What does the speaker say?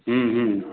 हूँ हूँ